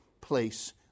place